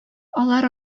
алар